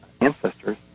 ancestors